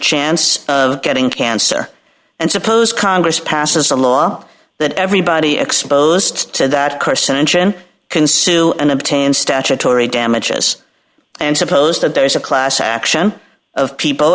chance of getting cancer and suppose congress passes a law that everybody exposed to that carcinogen can sue and obtain statutory damages and suppose that there is a class action of people